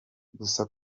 gusa